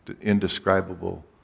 indescribable